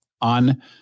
on